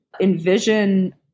envision